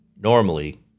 Normally